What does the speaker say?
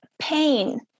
pain